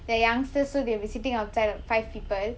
they are youngsters so they will be sitting outside five people